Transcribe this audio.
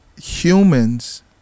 Humans